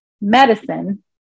medicine